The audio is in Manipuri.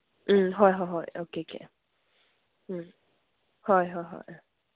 ꯎꯝ ꯍꯣꯏ ꯍꯣꯏ ꯍꯣꯏ ꯑꯣꯀꯦ ꯑꯣꯀꯦ ꯎꯝ ꯍꯣꯏ ꯍꯣꯏ ꯍꯣꯏ